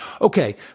Okay